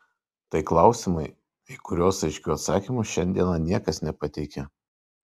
tai klausimai į kuriuos aiškių atsakymų šiandieną niekas nepateikia